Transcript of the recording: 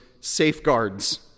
Safeguards